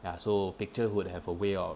ya so picture would have a way of